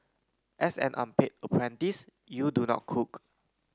as an unpaid apprentice you do not cook